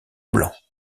blanc